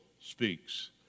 speaks